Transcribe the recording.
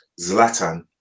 Zlatan